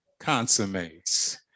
consummates